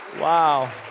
Wow